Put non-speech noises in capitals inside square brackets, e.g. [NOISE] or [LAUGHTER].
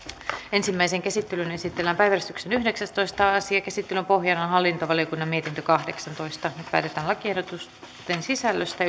ensimmäiseen käsittelyyn esitellään päiväjärjestyksen yhdeksästoista asia käsittelyn pohjana on hallintovaliokunnan mietintö kahdeksantoista nyt päätetään lakiehdotusten sisällöstä [UNINTELLIGIBLE]